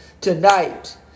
tonight